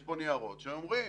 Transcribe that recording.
יש פה ניירות שאומרים,